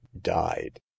died